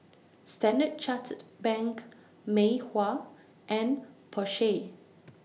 Standard Chartered Bank Mei Hua and Porsche